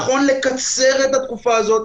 נכון לקצר את התקופה הזאת,